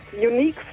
unique